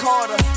Carter